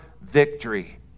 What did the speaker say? victory